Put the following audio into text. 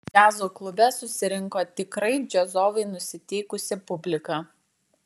džiazo klube susirinko tikrai džiazovai nusiteikusi publika